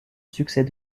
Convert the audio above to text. succès